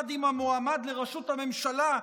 יחד עם המועמד לראשות הממשלה,